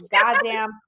goddamn